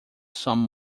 some